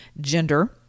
gender